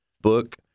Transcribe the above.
book